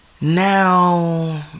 now